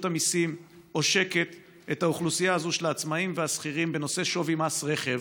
המיסים עושקת את האוכלוסייה הזאת של העצמאים והשכירים בנושא שווי מס רכב.